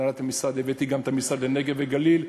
הבאתי גם את משרד הנגב והגליל,